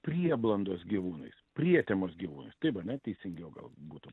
prieblandos gyvūnais prietemos gyvūnais taip ar ne teisingiau gal būtų